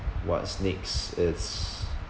what's next is